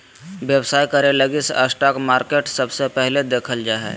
व्यवसाय करे लगी स्टाक मार्केट सबसे पहले देखल जा हय